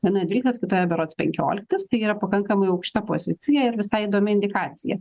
vienoje dvyliktas kitoje berods penkioliktas tai yra pakankamai aukšta pozicija ir visai įdomi indikacija